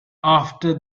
after